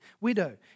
widow